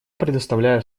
предоставляю